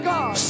God